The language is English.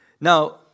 Now